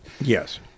Yes